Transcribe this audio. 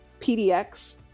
PDX